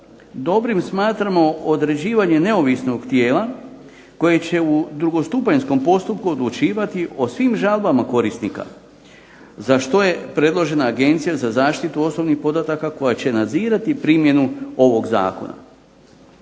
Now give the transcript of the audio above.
dobrim smatramo određivanje neovisnog tijela koje će u drugostupanjskom postupku odlučivati o svim žalbama korisnika za što je predložena Agencija za zaštitu osobnih podataka koja će nadzirati primjenu ovog zakona.